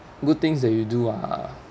good things that you do are